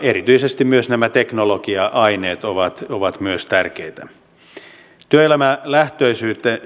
erityisesti myös nämä teknologia aineet ovat tärkeitä